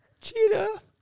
Cheetah